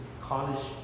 college